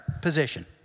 position